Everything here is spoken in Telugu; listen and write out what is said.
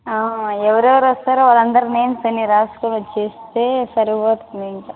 ఎవరెవర వస్తారో వాళ్ళందరి నేమ్స్ అన్నీ రాసుకుని వచ్చేస్తే సరిపోతుంది ఇంక